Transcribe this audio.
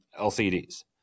LCDs